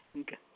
Okay